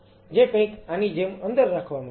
જે કંઈક આની જેમ અંદર રાખવામાં આવે છે